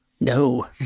No